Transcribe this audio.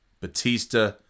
Batista